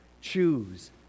Choose